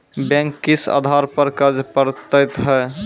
Bank किस आधार पर कर्ज पड़तैत हैं?